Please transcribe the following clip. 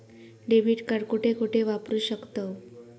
Debit card कुठे कुठे वापरू शकतव?